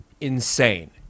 insane